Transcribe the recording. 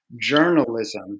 Journalism